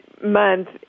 month